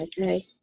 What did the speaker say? Okay